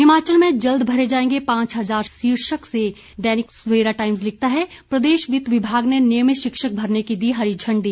हिमाचल में जल्द भरे जाएंगे पांच हज़ार शिक्षक शीर्षक से दैनिक सवेरा टाइम्स लिखता है प्रदेश वित्त विभाग ने नियमित शिक्षक भरने को दी हरी झंडी